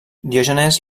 diògenes